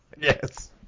Yes